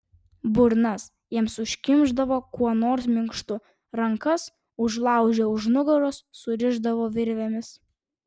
burnas jiems užkimšdavo kuo nors minkštu rankas užlaužę už nugaros surišdavo virvėmis